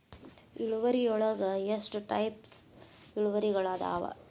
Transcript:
ಇಳುವರಿಯೊಳಗ ಎಷ್ಟ ಟೈಪ್ಸ್ ಇಳುವರಿಗಳಾದವ